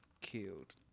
killed